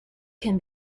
can